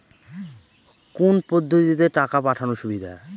কোন পদ্ধতিতে টাকা পাঠানো সুবিধা?